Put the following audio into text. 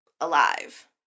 alive